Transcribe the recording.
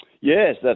Yes